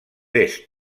est